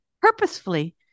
purposefully